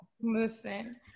Listen